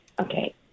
Okay